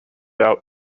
out